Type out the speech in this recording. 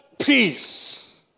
peace